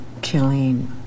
killing